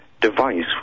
device